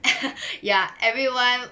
ya everyone